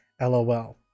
LOL